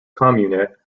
comune